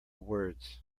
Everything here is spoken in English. words